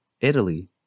Italy